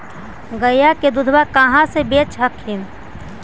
गया के दूधबा कहाँ बेच हखिन?